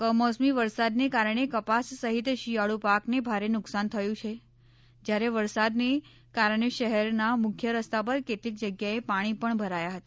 કમોસમી વરસાદને કારણે કપાસ સહિત શિયાળ્ પાકને ભારે નુકસાન થયું થયું છે જ્યારે વરસાદને કારણે શહેરના મુખ્ય રસ્તા પર કેટલીક જગ્યાએ પાણી પણ ભરાયા હતા